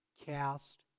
cast